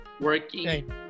working